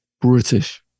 British